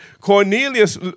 Cornelius